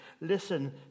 Listen